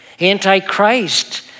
Antichrist